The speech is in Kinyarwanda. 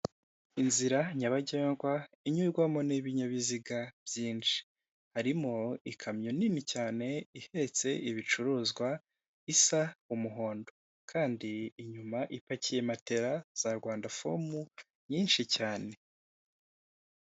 Inzira nyabagendwa inyurwamo n'ibinyabiziga byinshi, harimo ikamyo nini cyane ihetse ibicuruzwa isa umuhondo, kandi inyuma ipakiye matera za rwandafomu nyinshi cyane.